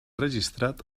registrat